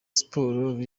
sports